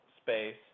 space